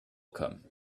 come